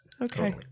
Okay